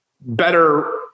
better